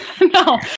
No